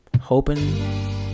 hoping